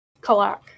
Kalak